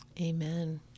Amen